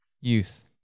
Youth